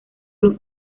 los